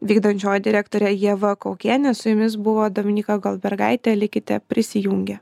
vykdančioji direktorė ieva kaukėnė su jumis buvo dominyka goldbergaitė likite prisijungę